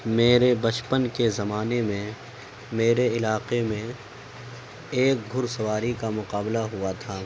میرے بچپن کے زمانے میں میرے علاقے میں ایک گھڑ سواری کا مقابلہ ہوا تھا